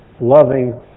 loving